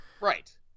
Right